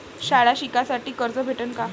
शाळा शिकासाठी कर्ज भेटन का?